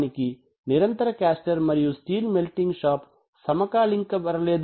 continuous caster మరియు steel melting shop సమకాలీకరించ బడలేదు